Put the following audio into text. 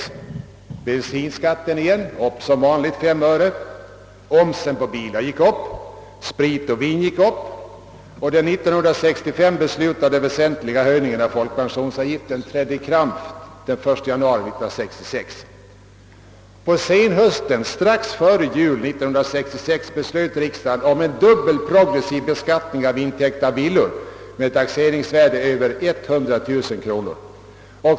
Jo, bensinskatten steg som vanligt med 3 öre, omsen på bilar gick upp, priset på sprit och vin gick upp, och den 1965 beslutade väsentliga höjningen av folkpensionsavgiften trädde i kraft den 1 januari 1966. Strax före jul förra året beslöt riksdagen om en dubbel progressiv beskattning av intäkt av villor med ett taxeringsvärde över 100 000 kronor.